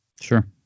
Sure